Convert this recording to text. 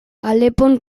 alepon